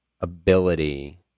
ability